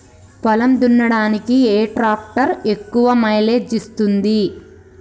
పొలం దున్నడానికి ఏ ట్రాక్టర్ ఎక్కువ మైలేజ్ ఇస్తుంది?